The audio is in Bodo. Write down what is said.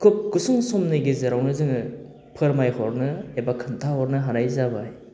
खुब गुसुं समनि गेजेरावनो जोङो फोरमायहरनो एबा खोन्थाहरनो हानाय जाबाय